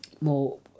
more